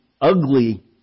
ugly